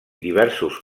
diversos